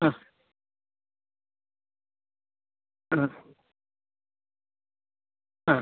ആ ആ ആ